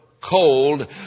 cold